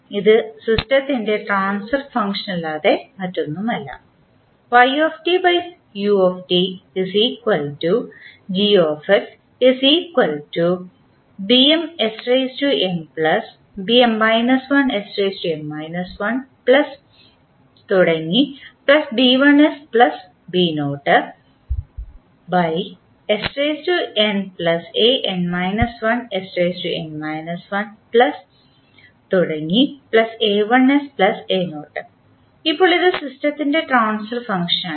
ഇത് സിസ്റ്റത്തിൻറെ transfer function അല്ലാതെ മറ്റൊന്നുമല്ല ഇപ്പോൾ ഇത് സിസ്റ്റത്തിൻറെ ട്രാൻസ്ഫർ ഫംഗ്ഷനാണ്